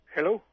Hello